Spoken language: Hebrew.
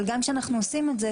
אבל גם כשאנחנו עושים את זה,